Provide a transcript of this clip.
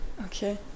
okay